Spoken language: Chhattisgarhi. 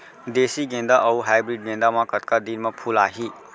देसी गेंदा अऊ हाइब्रिड गेंदा म कतका दिन म फूल आही?